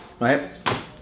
right